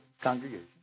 congregation